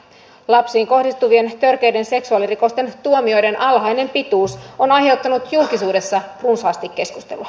lapsiin kohdistuvien törkeiden seksuaalirikosten tuomioiden alhainen pituus on aiheuttanut julkisuudessa runsaasti keskustelua